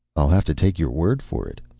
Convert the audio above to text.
i'll have to take your word for it.